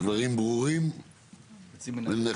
דברים ברורים ונחרצים.